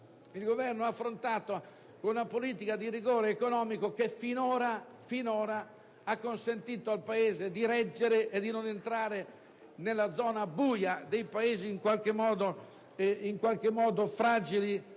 il Governo ha affrontato con una politica di rigore economico che finora ha consentito al Paese di reggere e di non entrare nella zona buia dei Paesi in qualche modo fragili